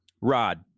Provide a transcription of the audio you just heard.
Rod